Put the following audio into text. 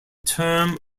term